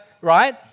Right